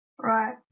right